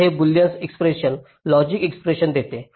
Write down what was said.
तर हे boolean expression logic expression देते